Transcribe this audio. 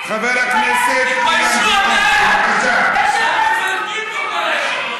להיות יהודי, תתביישו לכם.